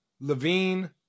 Levine